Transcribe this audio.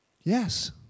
Yes